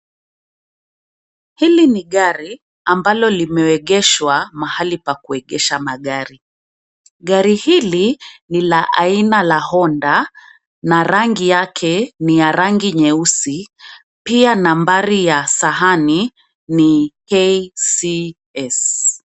Hili ni gari, ambalo limeegeshwa mahali pakuegesha magari, gari hili, ni la aina la Honda, na rangi yake ni ya rangi nyeusi, pia nambari ya sahani, ni, KCS.